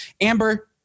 Amber